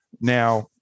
Now